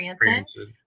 Francis